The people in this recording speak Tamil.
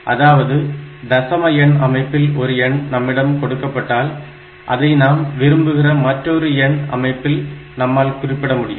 அதாவது தசம எண் அமைப்பில் ஒரு எண் நம்மிடம் கொடுக்கப்பட்டால் அதை நாம் விரும்புகிற மற்றொரு எண் அமைப்பில் நம்மால் குறிப்பிட முடியும்